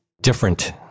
different